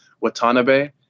Watanabe